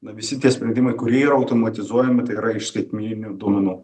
na visi tie sprendimai kurie yra automatizuojami tai yra iš skaitmeninių duomenų